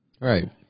Right